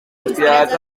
inspirats